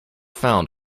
found